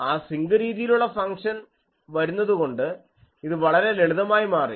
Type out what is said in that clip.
ആ സിങ്ക് രീതിയിലുള്ള ഫംഗ്ഷൻ വരുന്നതുകൊണ്ട് ഇത് വളരെ ലളിതമായി മാറി